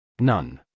None